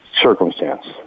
circumstance